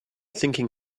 thinking